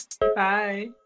Bye